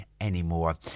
anymore